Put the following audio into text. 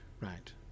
Right